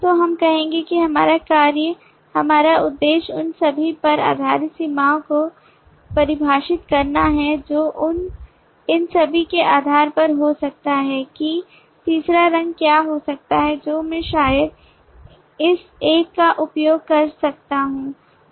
तो हम कहेंगे कि हमारा कार्य हमारा उद्देश्य इन सभी पर आधारित सीमाओं को परिभाषित करना है जो इन सभी के आधार पर हो सकता है कि तीसरा रंग क्या हो सकता है जो मैं शायद इस एक का उपयोग कर सकता हूं